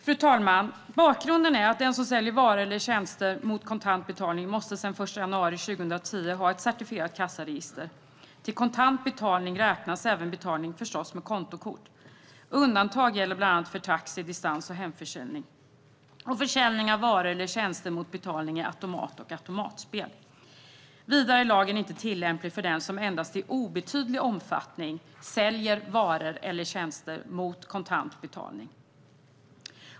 Fru talman! Bakgrunden är att den som säljer varor eller tjänster mot kontant betalning sedan den 1 januari 2010 måste ha ett certifierat kassaregister. Till kontant betalning räknas även betalning med kontokort. Undantag gäller bland annat för taxi, distans och hemförsäljning, försäljning av varor eller tjänster mot betalning i automat och automatspel. Vidare är lagen inte tillämplig för den som endast i obetydlig omfattning säljer varor eller tjänster mot kontant betalning.